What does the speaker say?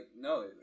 no